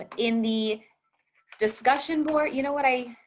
and in the discussion board. you know what i